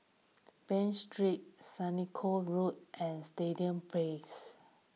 Bain Street Senoko Road and Stadium Place